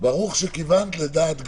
מסוימת לפעילות הזאת.